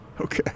okay